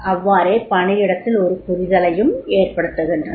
அவ்வாறே பணியிடத்தில் ஒரு புரிதலை ஏற்படுத்துகின்றனர்